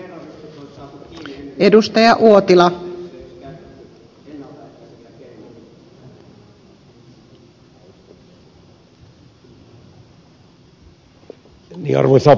arvoisa puhemies